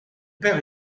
père